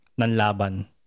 nanlaban